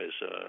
guy's